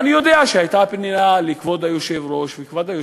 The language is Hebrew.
אני יודע שהייתה פנייה לכבוד היושב-ראש,